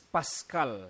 Pascal